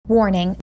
Warning